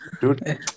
dude